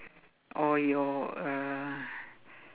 or your uh